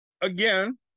again